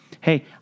hey